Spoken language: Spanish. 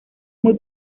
muy